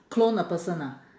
clone a person ah